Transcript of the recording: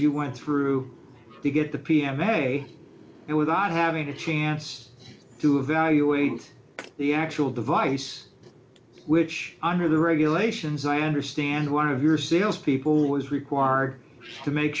you went through to get the p m a and without having a chance to evaluate the actual device which under the regulations i understand one of your salespeople was required to make